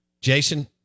Jason